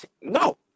No